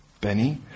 Benny